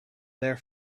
their